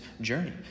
journey